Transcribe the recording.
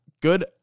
good